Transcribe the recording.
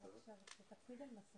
הישיבה ננעלה